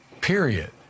Period